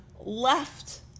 left